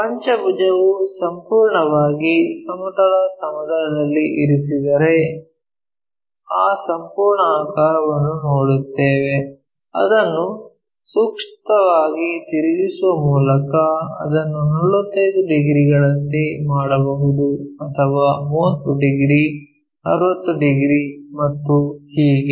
ಪಂಚಭುಜವು ಸಂಪೂರ್ಣವಾಗಿ ಸಮತಲ ಸಮತಲದಲ್ಲಿ ಇರಿಸಿದರೆ ಆ ಸಂಪೂರ್ಣ ಆಕಾರವನ್ನು ನೋಡುತ್ತೇವೆ ಅದನ್ನು ಸೂಕ್ತವಾಗಿ ತಿರುಗಿಸುವ ಮೂಲಕ ಅದನ್ನು 45 ಡಿಗ್ರಿಗಳಂತೆ ಮಾಡಬಹುದು ಅಥವಾ 30 ಡಿಗ್ರಿ 60 ಡಿಗ್ರಿ ಮತ್ತು ಹೀಗೆ